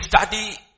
study